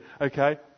okay